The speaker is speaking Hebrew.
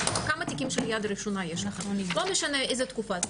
לא משנה איזה תקופה,